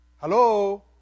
Hello